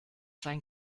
sein